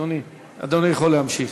אדוני יכול להמשיך.